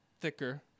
thicker